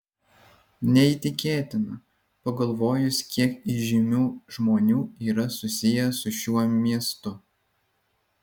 neįtikėtina pagalvojus kiek įžymių žmonių yra susiję su šiuo miestu